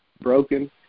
broken